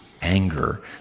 anger